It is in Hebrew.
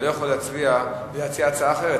אתה לא יכול להצביע בלי להציע הצעה אחרת.